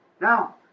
Now